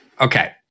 okay